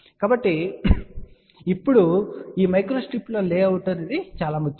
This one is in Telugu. కాబట్టి ఇప్పుడు ఈ మైక్రోస్ట్రిప్ లైన్ల లేఅవుట్ చాలా ముఖ్యం